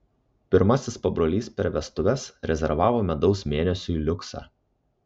pirmasis pabrolys per vestuves rezervavo medaus mėnesiui liuksą